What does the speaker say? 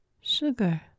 Sugar